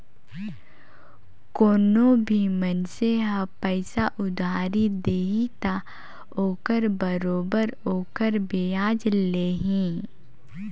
कोनो भी मइनसे ह पइसा उधारी दिही त ओखर बरोबर ओखर बियाज लेही